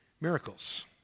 miracles